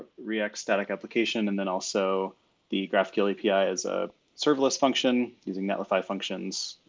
react static application, and then also the graphql api as a serverless function. using netlify functions